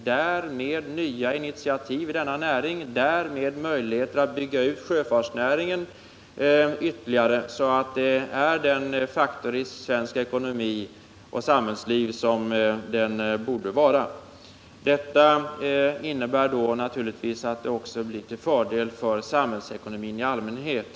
Det gynnar nya initiativ i denna näring och ger därmed möjligheter att bygga ut sjöfartsnäringen ytterligare, så att den blir den faktor i svensk ekonomi och svenskt samhällsliv som den borde vara. Detta innebär naturligtvis då att det också blir till fördel för samhällsekonomin i allmänhet.